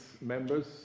members